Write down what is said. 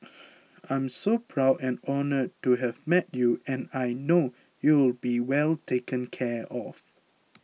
I'm so proud and honoured to have met you and I know you'll be well taken care of